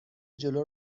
جلو